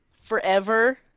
Forever